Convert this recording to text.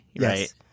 right